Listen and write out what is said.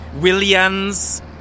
Williams